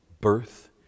birth